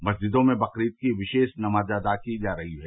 मस्जिदो में बकरीद की विशेष नमाज अदा की जा रही है